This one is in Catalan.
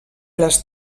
les